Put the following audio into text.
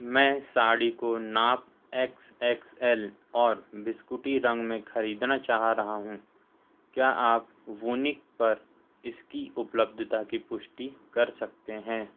मैं साड़ी को नाप एक्स एक्स एल और बिस्कुटी रंग में ख़रीदना चाह रहा हूँ क्या आप वूनिक पर इसकी उपलब्धता की पुष्टि कर सकते हैं